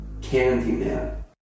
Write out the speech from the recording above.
Candyman